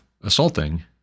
assaulting